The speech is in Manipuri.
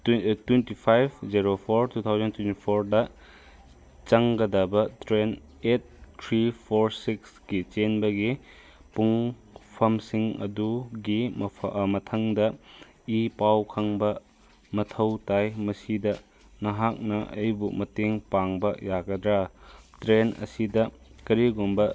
twenty five zero four two thousand twenty ꯐꯣꯔꯗ ꯆꯪꯒꯗꯕ ꯇ꯭ꯔꯦꯟ ꯑꯩꯠ ꯊ꯭ꯔꯤ ꯐꯣꯔ ꯁꯤꯛꯁꯀꯤ ꯆꯦꯟꯕꯒꯤ ꯄꯨꯡꯐꯝꯁꯤꯡ ꯑꯗꯨꯒꯤ ꯃꯊꯪꯗ ꯏꯤ ꯄꯥꯎ ꯈꯪꯕ ꯃꯊꯧ ꯇꯥꯏ ꯃꯁꯤꯗ ꯅꯍꯥꯛꯅ ꯑꯩꯕꯨ ꯃꯇꯦꯡ ꯄꯥꯡꯕ ꯌꯥꯒꯗ꯭ꯔꯥ ꯇ꯭ꯔꯦꯟ ꯑꯁꯤꯗ ꯀꯔꯤꯒꯨꯝꯕ